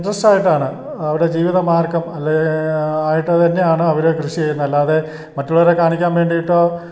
ഇൻ്ററസ്റ്റായിട്ടാണ് അവിടെ ജീവിതമാർഗ്ഗം അല്ലേ ആയിട്ടു തന്നെയാണ് അവർ കൃഷി ചെയ്യുന്നത് അല്ലാതെ മറ്റുള്ളവരെ കാണിക്കാൻ വേണ്ടിയിട്ടോ